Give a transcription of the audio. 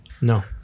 No